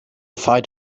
fight